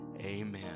Amen